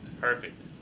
Perfect